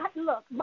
look